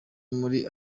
muri